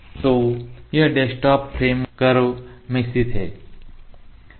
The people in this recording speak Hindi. तो यह डेस्कटॉप फ्रेम कर्व में स्थित है